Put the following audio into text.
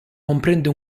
comprende